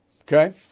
Okay